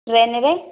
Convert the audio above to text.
train ରେ